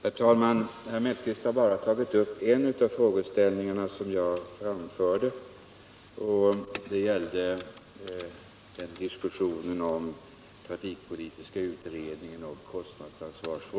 Herr talman! Herr Mellqvist tog bara upp en av de frågor som jag berörde, nämligen den om trafikpolitiska utredningen och kostnadsansvaret.